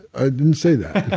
i didn't say that.